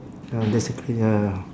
ya that's the cra~ ya